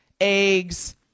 eggs